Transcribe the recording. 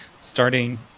starting